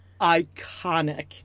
iconic